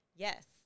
Yes